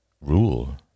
Rule